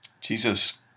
Jesus